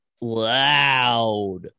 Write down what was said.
loud